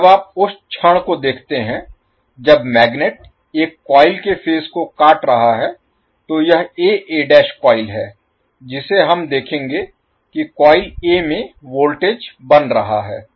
तो जब आप उस क्षण को देखते हैं जब मैग्नेट एक कॉइल के फेज को काट रहा है तो यह a a' कॉइल है जिसे हम देखेंगे कि कॉइल A में वोल्टेज बन रहा है